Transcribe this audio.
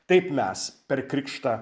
taip mes per krikštą